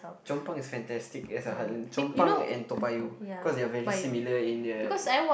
Chong pang is fantastic as a heartland Chong pang and Toa-Payoh cause they are very similar in the